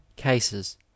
cases